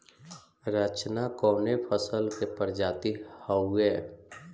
रचना कवने फसल के प्रजाति हयुए?